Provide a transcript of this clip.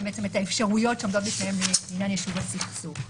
האפשרויות שעומדות בפניהם לעניין יישוב הסכסוך.